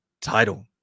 title